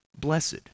Blessed